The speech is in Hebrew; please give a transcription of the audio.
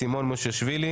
קרויזר,